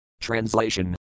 Translation